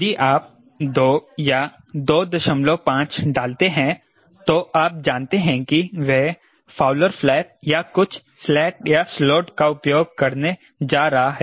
यदि आप 2 या 25 डालते हैं तो आप जानते हैं कि वह फाउलर फ्लैप या कुछ स्लैट या स्लॉट का उपयोग करने जा रहा है